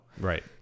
Right